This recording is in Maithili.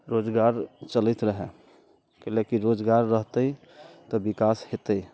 रोजगार चलैत रहै कैला कि रोजगार रहतै तऽ विकास होयतै